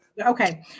Okay